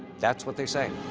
that's what they say.